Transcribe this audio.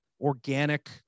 organic